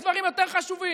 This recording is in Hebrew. יש דברים יותר חשובים.